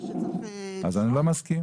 אני לא מסכים.